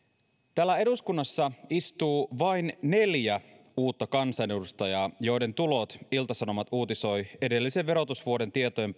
täällä eduskunnassa istuu vain neljä uutta kansanedustajaa joiden tulojen ilta sanomat uutisoi edellisen verotusvuoden tietojen